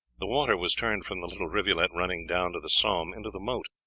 the water was turned from the little rivulet running down to the somme into the moat.